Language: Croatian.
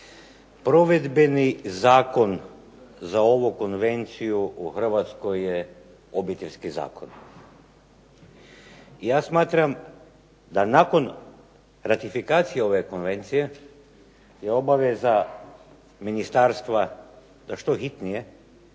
Provedbeni zakon za ovu konvenciju u Hrvatskoj je Obiteljski zakon. Ja smatram da nakon ratifikacije ove konvencije je obaveza ministarstva da što hitnije